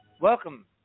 welcome